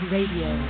Radio